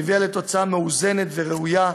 שהביאה לתוצאה מאוזנת וראויה,